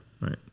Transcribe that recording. Right